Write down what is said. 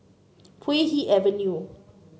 Puay Hee Avenue